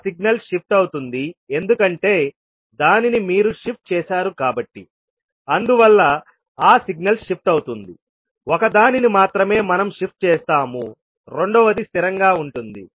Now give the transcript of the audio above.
ఆ signal shift అవుతుంది ఎందుకంటే దానిని మీరు షిఫ్ట్ చేశారు కాబట్టి అందువల్ల ఆ సిగ్నల్ షిఫ్ట్ అవుతుంది ఒక దానిని మాత్రమే మనం షిఫ్ట్ చేస్తాము రెండవది స్థిరంగా ఉంటుంది